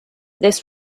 this